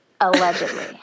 Allegedly